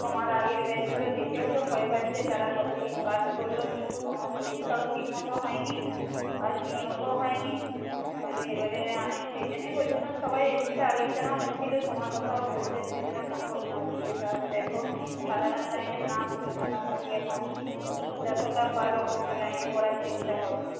তোমার আগের ব্যাচগুলো দেখেও তো ভয় পাচ্ছে তারা কতদিন পাস করল কিন্তু কোনো পরীক্ষাও ঠিকমতো হয়নি আর নিয়োগও হয়নি তাহলে এবারে আমি সেই জন্যই বলছিলাম সবাই এসেছিল আলোচনাও হচ্ছিল তোমার কথাও বলছে সেই জন্য ফোন করলাম যে তাহলে দেখো সাধারণ লাইনে না পড়ে মোটামুটি এখন যতটা পারো অন্য লাইনে পড়ার চেষ্টা করো